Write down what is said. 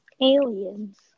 Aliens